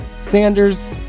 Sanders